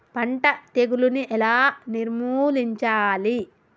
పంట తెగులుని ఎలా నిర్మూలించాలి?